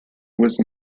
was